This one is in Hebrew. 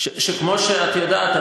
כמו שאת יודעת,